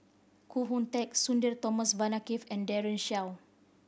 Koh Hoon Teck Sudhir Thomas Vadaketh and Daren Shiau